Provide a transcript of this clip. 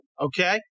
Okay